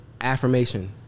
affirmation